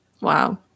Wow